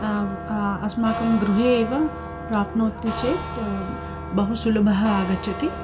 अस्माकं गृहे एव प्राप्नोति चेत् बहु सुलभः आगच्छति